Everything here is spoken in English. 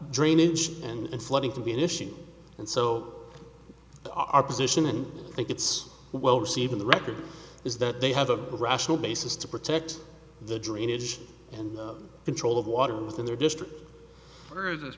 drainage and flooding to be an issue and so our position and i think it's well received in the record is that they have a rational basis to protect the drainage and control of water within their